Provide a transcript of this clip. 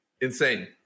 Insane